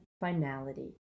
finality